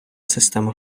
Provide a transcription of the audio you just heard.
система